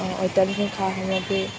অত্যাধুনিক সা সামগ্ৰী